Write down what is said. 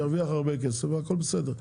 ירוויח הרבה כסף והכול בסדר.